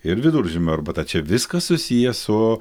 ir viduržiemio arbata čia viskas susiję su